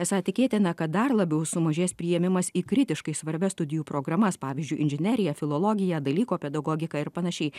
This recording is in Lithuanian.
esą tikėtina kad dar labiau sumažės priėmimas į kritiškai svarbias studijų programas pavyzdžiui inžineriją filologiją dalyko pedagogiką ir panašiai